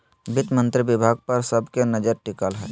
वित्त मंत्री विभाग पर सब के नजर टिकल हइ